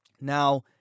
Now